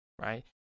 right